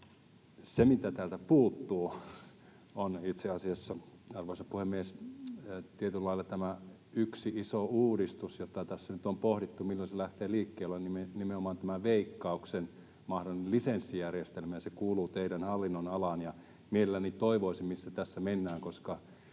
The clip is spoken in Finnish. Se, mitä täältä puuttuu, on itse asiassa, arvoisa puhemies, tietyllä lailla tämä yksi iso uudistus, jota tässä nyt on pohdittu, milloin se lähtee liikkeelle, eli nimenomaan tämä Veikkauksen mahdollinen lisenssijärjestelmä. Se kuuluu teidän hallinnonalaanne, ja mielelläni kuulisin, missä tässä mennään.